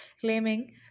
claiming